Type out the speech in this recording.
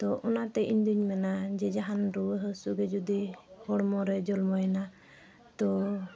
ᱛᱚ ᱚᱱᱟᱛᱮ ᱤᱧᱫᱩᱧ ᱢᱮᱱᱟ ᱡᱮ ᱡᱟᱦᱟᱱ ᱨᱩᱣᱟᱹ ᱦᱟᱹᱥᱩᱜᱮ ᱡᱩᱫᱤ ᱦᱚᱲᱢᱚᱨᱮ ᱡᱚᱱᱢᱚᱭᱮᱱᱟ ᱛᱚ